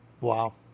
Wow